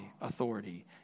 authority